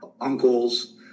uncles